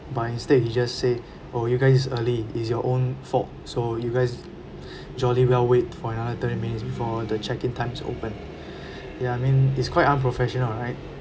but instead he just say oh you guys is early is your own fault so you guys jolly well wait for another thirty minutes before the check in time is opened ya I mean is quite unprofessional right